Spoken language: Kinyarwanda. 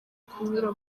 kunyura